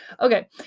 okay